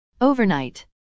Overnight